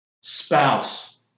spouse